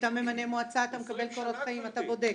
כשאתה ממנה מועצה, אתה מקבל קורות חיים, אתה בודק.